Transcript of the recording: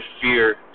fear